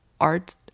art